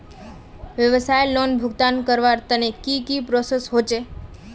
व्यवसाय लोन भुगतान करवार तने की की प्रोसेस होचे?